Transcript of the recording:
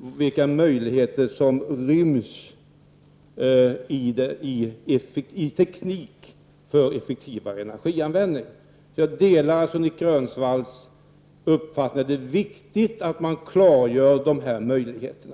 om vilka möjligheter som ryms inom tekniken för att en effektivare energianvändning skall åstadkommas. Jag delar alltså Nic Grönvalls uppfattning att det är viktigt att man klargör dessa möjligheter.